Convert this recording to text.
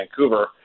Vancouver